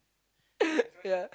yeah